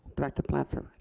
director blanford.